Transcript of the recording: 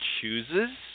chooses